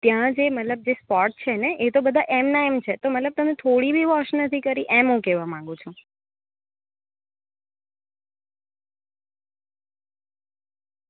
ત્યાં જે મતલબ જે સ્પોટ છે ને એ તો બધા એમ ના એમ છે મતલબ તમે થોડી બી વોશ નથી કરી એમ હું કહેવા માંગુ છું